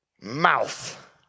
mouth